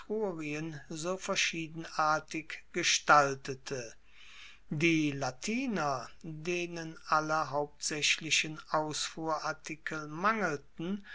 so verschiedenartig gestaltete die latiner denen alle hauptsaechlichen ausfuhrartikel mangelten